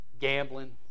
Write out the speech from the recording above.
gambling